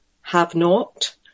have-not